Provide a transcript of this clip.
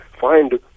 find